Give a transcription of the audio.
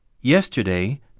Yesterday